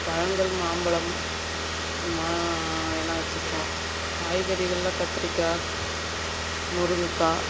பழங்கள் மாம்பழம் மா எல்லாம் வச்சுருக்கோம் காய்கறிகளில் கத்திரிக்காய் முருங்கக்காய்